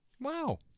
Wow